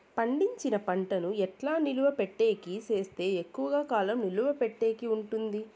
పండించిన పంట ను ఎట్లా నిలువ పెట్టేకి సేస్తే ఎక్కువగా కాలం నిలువ పెట్టేకి ఉంటుంది?